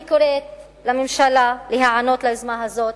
אני קוראת לממשלה להיענות ליוזמה הזאת.